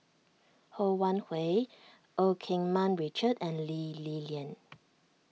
Ho Wan Hui Eu Keng Mun Richard and Lee Li Lian